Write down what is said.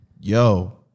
yo